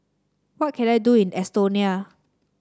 what can I do in Estonia